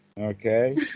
okay